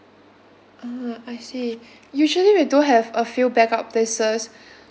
ah I see usually we do have a few backup places